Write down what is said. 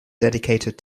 dedicated